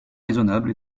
raisonnable